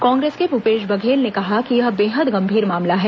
कांग्रेस के भूपेश बघेल ने कहा कि यह बेहद गंभीर मामला है